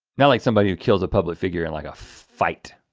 not like somebody who kills a public figure in like a fight.